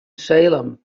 salem